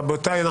רבותי,